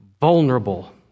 vulnerable